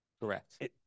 Correct